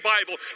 Bible